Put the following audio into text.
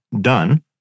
done